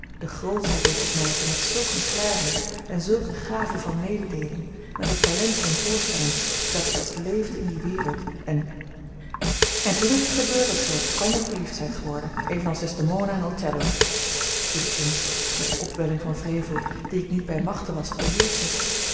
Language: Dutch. de grootschheid deed opmerken met zulk eene klaarheid en zulk eene gave van mededeeling met een talent van voorstelling dat ik als leefde in die wereld en en toen is het gebeurd dat gij op elkander verliefd zijt geworden evenals desdemona en othello viel ik in met eene opwelling van wrevel die ik niet bij machte was te beheerschen